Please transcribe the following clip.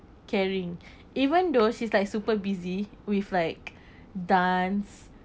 caring even though she's like super busy with like dance